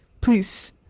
please